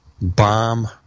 bomb